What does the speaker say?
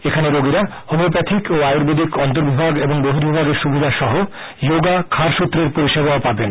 এখানে রোগীরা হোমিওপ্যাথিক ও আয়ুর্বেদিক অন্তর্বিভাগ ও বহির্বিভাগের সুবিধা সহ যোগা ক্ষারসূত্রের পরিসেবাও পাবেন